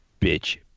bitch